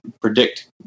predict